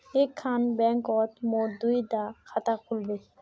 एक खान बैंकोत मोर दुई डा खाता खुल बे?